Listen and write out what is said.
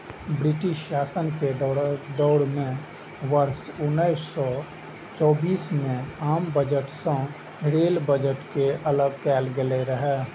British शासन के दौर मे वर्ष उन्नैस सय चौबीस मे आम बजट सं रेल बजट कें अलग कैल गेल रहै